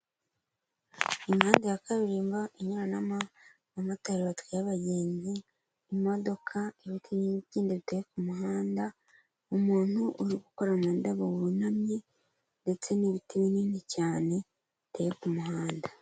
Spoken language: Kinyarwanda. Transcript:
Impande ya kaburimbo inyuranamo, abamotari batwaye abagenzi, imodoka n’ibiti biteye ku muhanda, umuntu uri gukora mu ndabo wunamye ndetse n'ibiti binini cyane biteye ku muhanda.